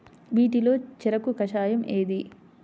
వీటిలో చెరకు కషాయం ఏది?